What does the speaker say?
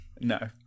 No